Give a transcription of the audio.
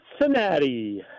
Cincinnati